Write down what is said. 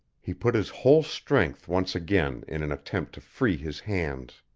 he put his whole strength once again in an attempt to free his hands.